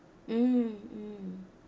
mm mm